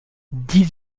dix